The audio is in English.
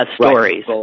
stories